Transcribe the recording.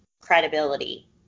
credibility